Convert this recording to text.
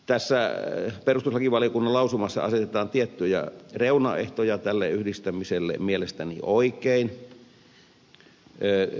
tässä perustuslakivaliokunnan lausumassa asetetaan tiettyjä reunaehtoja tälle yhdistämiselle mielestäni oikein